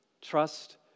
Trust